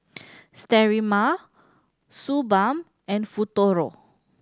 sterimar Suu Balm and Futuro